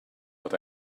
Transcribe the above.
but